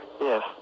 Yes